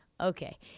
Okay